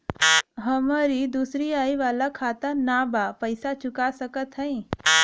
हमारी दूसरी आई वाला खाता ना बा पैसा चुका सकत हई?